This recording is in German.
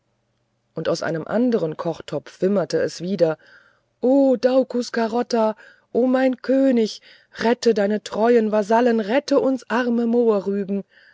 und aus einem andern kochtopf wimmerte es wieder o daucus carota o mein könig rette deine getreuen vasallen rette uns arme